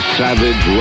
savage